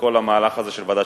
בכל המהלך הזה של ועדת-ששינסקי.